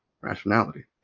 rationality